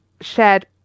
shared